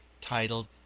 titled